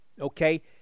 okay